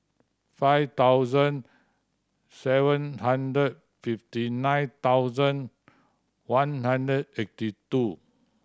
five thousand seven hundred fifty nine thousand one hundred eighty two